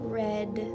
red